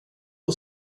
och